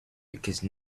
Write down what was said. because